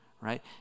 right